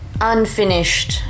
unfinished